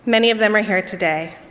many of them are here today.